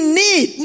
need